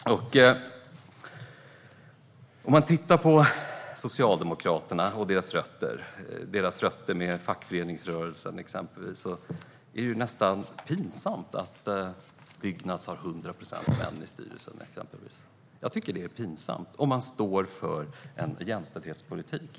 Med tanke på Socialdemokraternas rötter i exempelvis fackföreningsrörelsen är det nästan pinsamt att till exempel Byggnads har 100 procent män i styrelsen. Det är pinsamt, om man står för en jämställdhetspolitik.